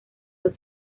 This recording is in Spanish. dos